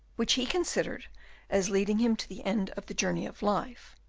which he considered as leading him to the end of the journey of life,